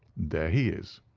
there he is!